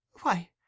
Why